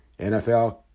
NFL